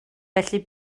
felly